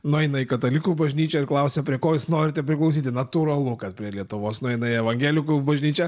nueina į katalikų bažnyčią ir klausia prie ko jūs norite priklausyti natūralu kad prie lietuvos nueina į evangelikų bažnyčią